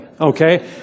okay